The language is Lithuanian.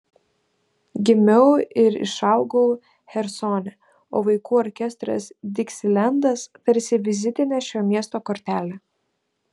gimiau ir išaugau chersone o vaikų orkestras diksilendas tarsi vizitinė šio miesto kortelė